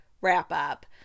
wrap-up